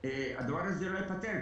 הדבר הזה לא ייפתר,